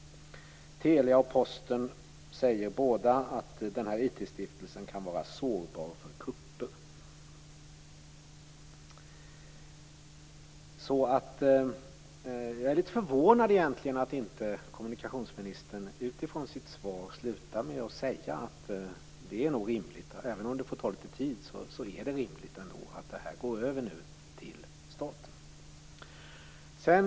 Både Posten och Telia säger att den här IT-stiftelsen kan vara sårbar för kupper. Jag är egentligen litet förvånad över att kommunikationsministern utifrån sitt svar inte avslutningsvis säger att det nog är rimligt, även om det får ta litet tid, att den här verksamheten går över till staten.